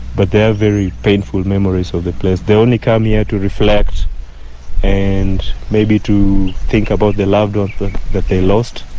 but there are very painful memories of the place. they only come here to reflect and maybe to think about their loved ah ones that they lost,